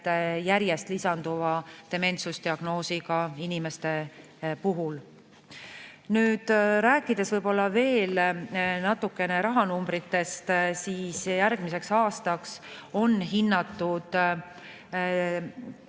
järjest lisanduvat dementsuse diagnoosiga inimeste hulka. Nüüd, räägin võib-olla veel natukene rahanumbritest. Järgmiseks aastaks on hinnatud